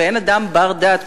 ואין אדם בר-דעת,